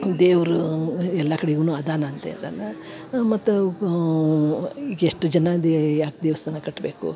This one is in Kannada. ದೇವರು ಎಲ್ಲ ಕಡಿಗೂನು ಅದಾನಂತ ಹೇಳ್ತನ ಅ ಮತ್ತೆ ಅವ್ಗ ಈಗ ಎಷ್ಟು ಜನ ದೇ ಯಾಕೆ ದೇವಸ್ಥಾನ ಕಟ್ಟಬೇಕು